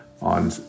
on